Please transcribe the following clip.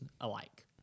alike